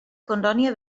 colònia